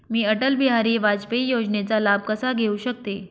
मी अटल बिहारी वाजपेयी योजनेचा लाभ कसा घेऊ शकते?